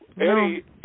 Eddie